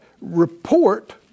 report